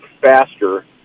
faster